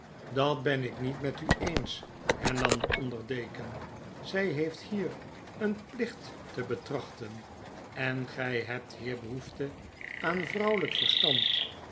dat ben ik niet met u eens hernam de onder deken zy heeft hier een plicht te betrachten en gy hebt hier behoefte aan vrouwelik verstand